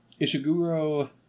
Ishiguro